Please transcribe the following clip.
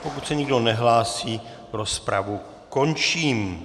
Pokud se nikdo nehlásí, rozpravu končím.